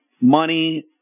money